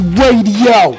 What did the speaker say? radio